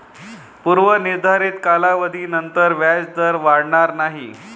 पूर्व निर्धारित कालावधीनंतर व्याजदर वाढणार नाही